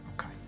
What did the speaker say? okay